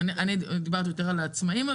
אני דיברתי יותר על עצמאים.